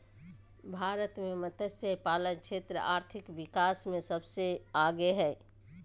भारत मे मतस्यपालन क्षेत्र आर्थिक विकास मे सबसे आगे हइ